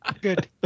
Good